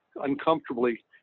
uncomfortably